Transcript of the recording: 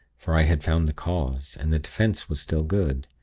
for i had found the cause, and the defense was still good.